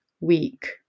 week